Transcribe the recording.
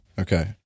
Okay